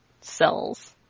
cells